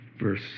Verse